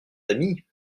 amis